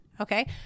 Okay